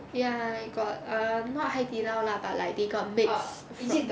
ya you got err not 海底捞 lah but like they got mix from